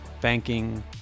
Banking